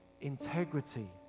integrity